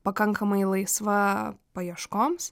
pakankamai laisva paieškoms